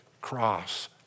cross